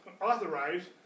authorized